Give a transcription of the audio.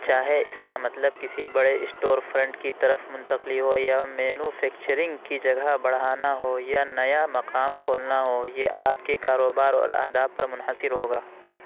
چاہے اس کا مطلب کسی بڑے اسٹور فرنٹ کی طرف منتقلی ہو یا مینوفیکچرنگ کی جگہ بڑھانا ہو یا نیا مقام کھولنا ہو یہ آپ کے کاروبار اور اہداف پر منحصر ہوگا